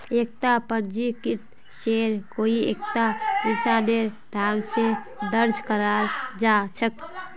एकता पंजीकृत शेयर कोई एकता इंसानेर नाम स दर्ज कराल जा छेक